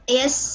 yes